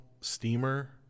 steamer